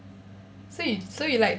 so you so you like